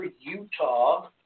Utah